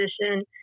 position